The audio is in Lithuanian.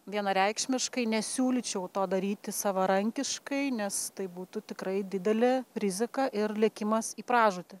vienareikšmiškai nesiūlyčiau to daryti savarankiškai nes tai būtų tikrai didelė rizika ir lėkimas į pražūtį